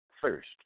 first